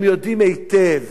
הם יודעים היטב